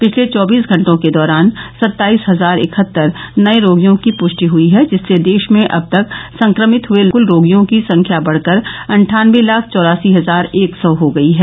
पिछले चौबीस घंटों के दौरान सत्ताईस हजार इकहत्तर नये रोगियों की पुष्टि हुई है जिससे देश में अब तक संक्रमित हुए कुल रोगियों की संख्या बढ़कर अट्ठानवे लाख चौरासी हजार एक सौ हो गई है